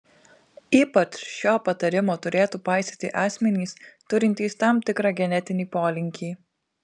ypač šio patarimo turėtų paisyti asmenys turintys tam tikrą genetinį polinkį